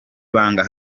banga